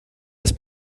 das